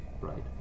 right